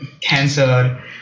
cancer